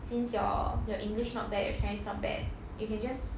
since your your english not bad your chinese not bad you can just